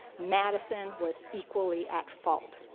madison was equally at fault.